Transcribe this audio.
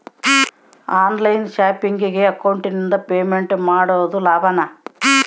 On line ಶಾಪಿಂಗಿಗೆ ಅಕೌಂಟಿಂದ payment ಮಾಡೋದು ಲಾಭಾನ?